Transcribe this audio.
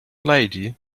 lady